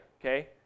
okay